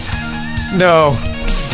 No